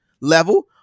level